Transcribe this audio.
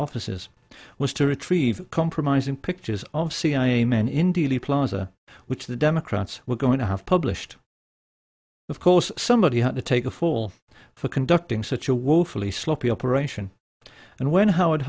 offices was to retrieve compromising pictures of cia men in dealey plaza which the democrats were going to have published of course somebody had to take a fall for conducting such a war fully sloppy operation and when howard